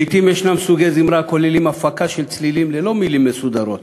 לעתים ישנם סוגי זמרה הכוללים הפקה של צלילים ללא מילים מסודרות.